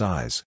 Size